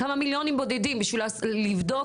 כמה מיליונים בודקים בשביל לבדוק